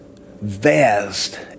vast